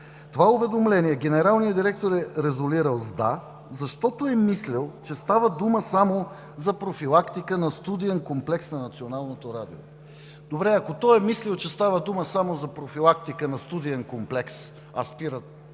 това уведомление генералният директор е резолирал с „да“, защото е мислел, че става дума само за профилактика на студиен комплекс на Националното радио. Добре, ако той е мислил, че става дума само за профилактика на студиен комплекс, а спират